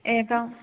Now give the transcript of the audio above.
एकम्